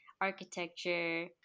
architecture